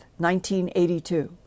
1982